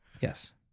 Yes